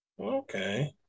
Okay